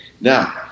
Now